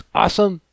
awesome